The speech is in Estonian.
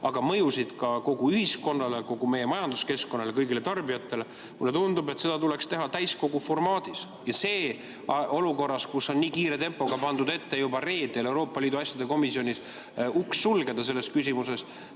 ka mõjusid kogu ühiskonnale, kogu meie majanduskeskkonnale ja kõigile tarbijatele – tuleks teha täiskogu formaadis. Ja olukorras, kus on nii kiire tempoga pandud ette juba reedel Euroopa Liidu asjade komisjonis uks sulgeda selles küsimuses,